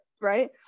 right